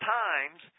times